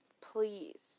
please